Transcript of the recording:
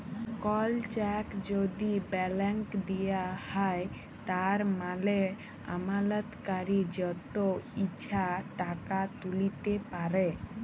call cheque যদি blank দিঁয়া হ্যয় তার মালে আমালতকারি যত ইছা টাকা তুইলতে পারে